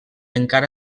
encara